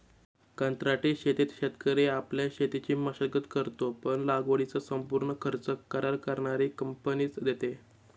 कंत्राटी शेतीत शेतकरी आपल्या शेतीची मशागत करतो, पण लागवडीचा संपूर्ण खर्च करार करणारी कंपनीच देते